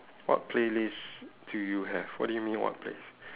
what playlist do you have what do you mean what playlist